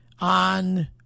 on